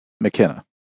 McKenna